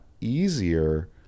easier